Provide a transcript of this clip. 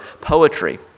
poetry